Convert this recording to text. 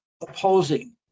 opposing